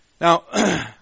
Now